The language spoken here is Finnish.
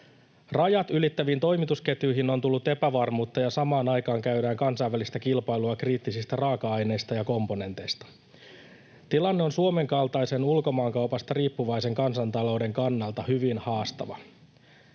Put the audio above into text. Rajat ylittäviin toimitusketjuihin on tullut epävarmuutta, ja samaan aikaan käydään kansainvälistä kilpailua kriittisistä raaka-aineista ja komponenteista. Tilanne on Suomen kaltaisen ulkomaankaupasta riippuvaisen kansantalouden kannalta hyvin haastava.